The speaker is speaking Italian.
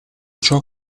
ciò